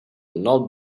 not